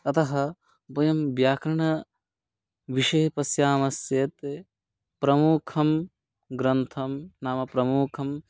अतः वयं व्याकरणविषये पश्यामश्चेत् प्रमुखं ग्रन्थं नाम प्रमुखम्